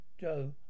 Joe